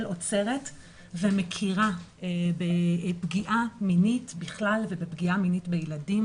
עוצרת ומכירה בפגיעה מינית-בכלל ובפגיעה מינית בילדים.